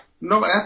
no